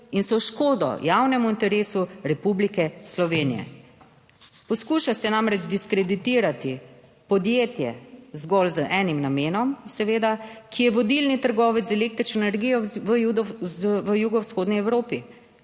in so v škodo javnemu interesu Republike Slovenije. Poskuša se namreč diskreditirati podjetje, zgolj z enim namenom seveda, ki je vodilni trgovec z električno energijo v jugovzhodni Evropi,